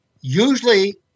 usually